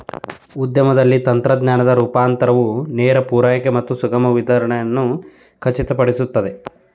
ಉದ್ಯಮದಲ್ಲಿನ ತಂತ್ರಜ್ಞಾನದ ರೂಪಾಂತರವು ನೇರ ಪೂರೈಕೆ ಮತ್ತು ಸುಗಮ ವಿತರಣೆಯನ್ನು ಖಚಿತಪಡಿಸುತ್ತದೆ